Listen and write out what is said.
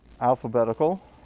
alphabetical